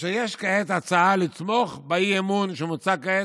כאשר יש כעת הצעה לתמוך באי-אמון שמוצג כעת,